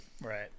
right